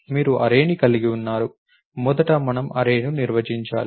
మనము అర్రే ని కలిగి ఉన్నాము మొదట మనము అర్రే ని నిర్వచించాలి